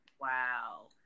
wow